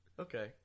Okay